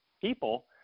people